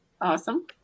Awesome